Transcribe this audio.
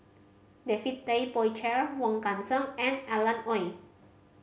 David Tay Poey Cher Wong Kan Seng and Alan Oei